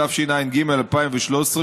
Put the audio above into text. התשע"ג 2013,